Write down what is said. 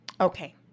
Okay